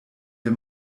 wir